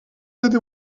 cette